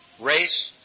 race